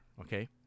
okay